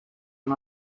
and